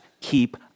keep